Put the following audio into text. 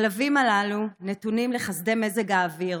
הכלבים הללו נתונים לחסדי מזג האוויר,